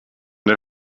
der